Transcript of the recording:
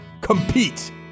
Compete